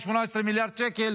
18 מיליארד שקל